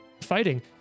fighting